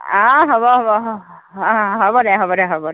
অ হ'ব হ'ব অ হ'ব দে হ'ব দে হ'ব